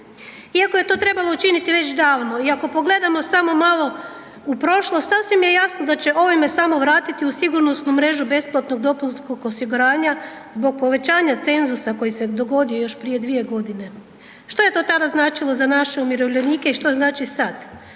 Iako je to trebalo učiniti već davno i ako pogledamo samo malo u prošlost sasvim je jasno da će ovime samo vratiti u sigurnosnu mrežu besplatnog dopunskog osiguranja zbog povećanja cenzusa koji se dogodio još prije 2.g. Što je to tada značilo za naše umirovljenike i što znači sad?